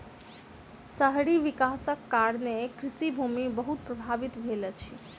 शहरी विकासक कारणें कृषि भूमि बहुत प्रभावित भेल अछि